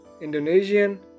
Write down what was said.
Indonesian